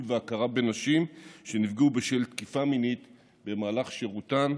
ולהכרה בנשים שנפגעו בשל תקיפה מינית במהלך שירותן,